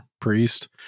priest